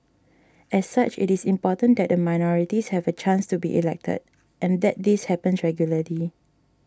as such it is important that the minorities have a chance to be elected and that this happens regularly